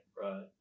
Right